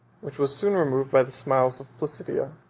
which was soon removed by the smiles of placidia.